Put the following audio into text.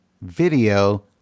video